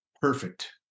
Perfect